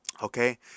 okay